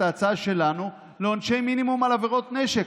את ההצעה שלנו לעונשי מינימום על עבירות נשק.